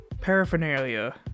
paraphernalia